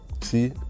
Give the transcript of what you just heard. See